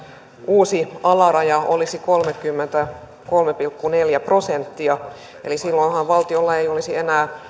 uusi alaraja olisi kolmekymmentäkolme pilkku neljä prosenttia silloinhan valtiolla ei olisi enää